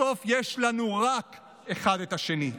בסוף יש לנו רק אחד את השני.